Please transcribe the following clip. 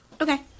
Okay